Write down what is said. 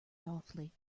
softly